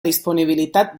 disponibilitat